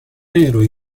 ero